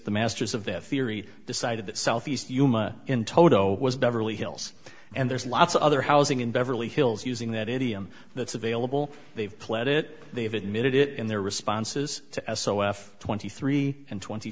the masters of the theory decided that south east yuma in toto was beverly hills and there's lots of other housing in beverly hills using that idiom that's available they've pled it they've admitted it in their responses to s o f twenty three and twenty